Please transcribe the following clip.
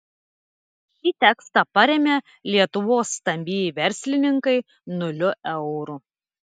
šį tekstą parėmė lietuvos stambieji verslininkai nuliu eurų